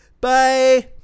Bye